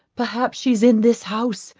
perhaps she is in this house.